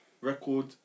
record